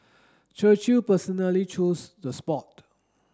Churchill personally chose the spot